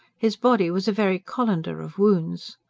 his body was a very colander of wounds.